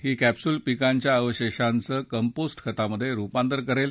ही capsule पिकांच्या अवशेषांचं compost खतामध्ये रुपांतर करेल